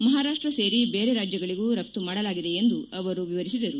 ಮಹಾರಾಪ್ವ ಸೇರಿ ಬೇರೆ ರಾಜ್ಯಗಳಿಗೂ ರಫ್ತು ಮಾಡಲಾಗಿದೆ ಎಂದು ವಿವರಿಸಿದರು